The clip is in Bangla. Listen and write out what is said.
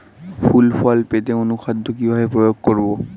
ফুল ফল পেতে অনুখাদ্য কিভাবে প্রয়োগ করব?